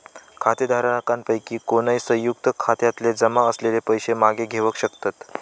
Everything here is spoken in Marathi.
खातेधारकांपैकी कोणय, संयुक्त खात्यातले जमा असलेले पैशे मागे घेवक शकतत